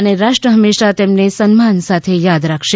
અને રાષ્ટ્ર હંમેશાં તેમને સન્માન સાથે યાદ રાખશે